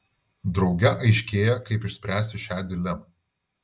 drauge aiškėja kaip išspręsti šią dilemą